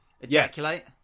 ejaculate